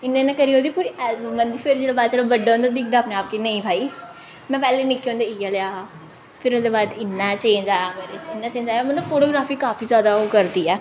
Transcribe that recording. इ'यां इ'यां करियै ओह्दी पूरी एल्बम बनदी फिर जिल्लै बाद च बड्डा होंदा दिखदा अपने आप गी नेईं भाई में पैह्ले निक्के होंदे इ'यै लेआ हा फिर ओहदे बाद इ'यां चेंज आया मेरे च इ'यां चेंज आया मतलब फोटोग्राफी काफी जादा ओह् करदी ऐ